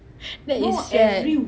that is sad